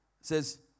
says